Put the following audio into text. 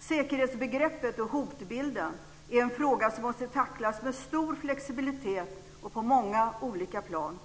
Säkerhetsbegreppet och hotbilden är en fråga som måste tacklas med stor flexibilitet och på många olika plan.